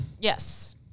Yes